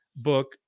Book